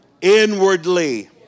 inwardly